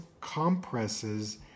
compresses